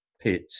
pit